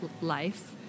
life